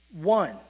one